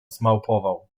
zmałpował